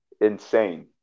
insane